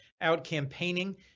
out-campaigning